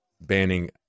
banning